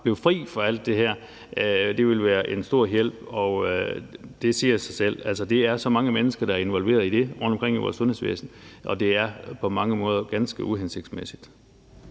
blive fri for alt det her, for det ville være en stor hjælp. Det siger sig selv. Altså, det er så mange mennesker, der er involveret i det rundtomkring i vores sundhedsvæsen, og det er på mange måder ganske uhensigtsmæssigt.